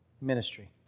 ministry